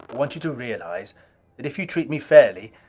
want you to realize that if you treat me fairly,